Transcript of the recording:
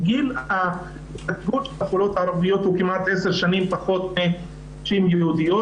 שגיל הבלות בחולות ערביות הוא כמעט עשר שנים פחות מנשים יהודיות.